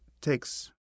takes